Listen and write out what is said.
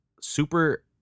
Super